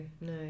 no